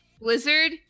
Blizzard